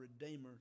Redeemer